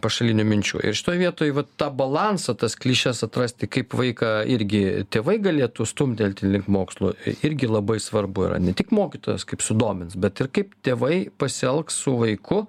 pašalinių minčių ir šitoj vietoj vat tą balansą tas klišes atrasti kaip vaiką irgi tėvai galėtų stumtelti link mokslų irgi labai svarbu yra ne tik mokytojas kaip sudomins bet ir kaip tėvai pasielgs su vaiku